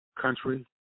country